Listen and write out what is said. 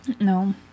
No